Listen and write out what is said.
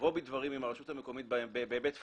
לבוא בהם בדברים עם הרשות המקומית בהיבט פורמלי,